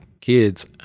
kids